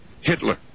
Hitler